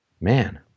man